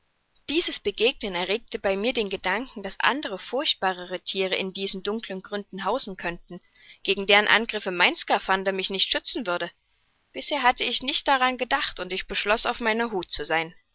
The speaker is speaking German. dieses begegnen erregte bei mir den gedanken daß andere furchtbarere thiere in diesen dunkeln gründen hausen könnten gegen deren angriffe mein skaphander mich nicht schützen würde bisher hatte ich nicht daran gedacht und ich beschloß auf meiner hut zu sein